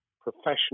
professional